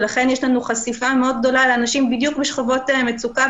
ולכן יש לנו חשיפה מאוד גדולה לאנשים בדיוק בשכבות מצוקה,